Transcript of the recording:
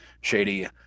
shady